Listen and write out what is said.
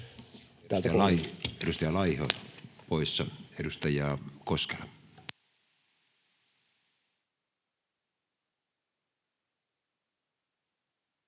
Edustaja Laiho poissa. — Edustaja Koskela.